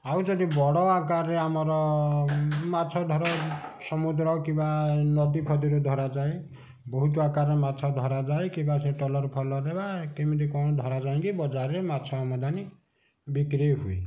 ଆଉ ଯଦି ବଡ଼ ଆକାରରେ ଆମର ମାଛ ଧର ସମୁଦ୍ର କିମ୍ବା ନଦୀଫଦୀରୁ ଧରଯାଏ ବହୁତ ଆକାରରେ ମାଛ ଧରାଯାଏ କିମ୍ବା ସେ ଟ୍ରଲର୍ ଫ୍ରଲରରେ ବା କେମିତି କଣ ଧର ଯାଇକି ବଜାରରେ ମାଛ ଆମଦାନୀ ବିକ୍ରି ହୁଏ